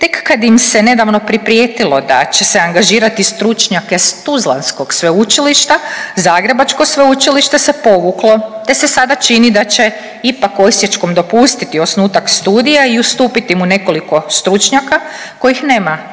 Tek kad im se nedavno priprijetilo da će se angažirati stručnjake s tuzlanskog sveučilišta, zagrebačko sveučilište se povuklo te se sada čini da će ipak osječkom dopustiti osnutak studija i ustupiti mu nekoliko stručnjaka kojih nema